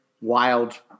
wild